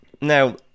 Now